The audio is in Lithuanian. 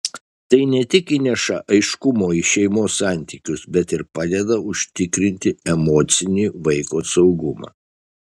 tai ne tik įneša aiškumo į šeimos santykius bet ir padeda užtikrinti emocinį vaiko saugumą